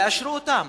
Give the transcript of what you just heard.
יאשרו אותן.